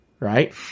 Right